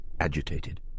agitated